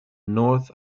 north